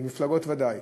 ומפלגות ודאי,